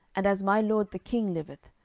and as my lord the king liveth,